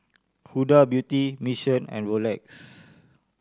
Huda Beauty Mission and Rolex